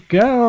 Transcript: go